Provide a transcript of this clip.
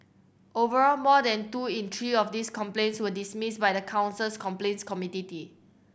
overall more than two in three of these complaints were dismissed by the council's complaints committee